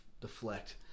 deflect